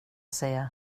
säga